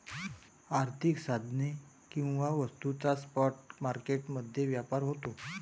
आर्थिक साधने किंवा वस्तूंचा स्पॉट मार्केट मध्ये व्यापार होतो